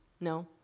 No